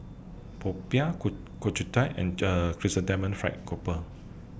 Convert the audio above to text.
Popiah Ku Ku Chai Thai and Chrysanthemum Fried Grouper